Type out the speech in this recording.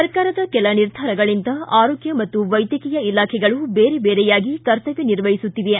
ಸರ್ಕಾರದ ಕೆಲ ನಿರ್ಧಾರಗಳಿಂದಾಗಿ ಆರೋಗ್ಯ ಮತ್ತು ವೈದ್ಯಕೀಯ ಇಲಾಖೆಗಳು ಬೇರೆ ಬೇರೆಯಾಗಿ ಕರ್ತಮ್ಯ ನಿರ್ವಹಿಸುತ್ತಿವೆ